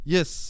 Yes